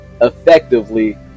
effectively